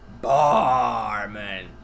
Barman